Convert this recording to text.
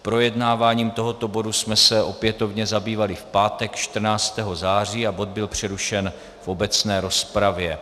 Projednáváním tohoto bodu jsme se opětovně zabývali v pátek 14. září a bod byl přerušen v obecné rozpravě.